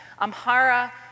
Amhara